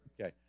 okay